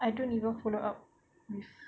I don't even follow up with